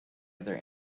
other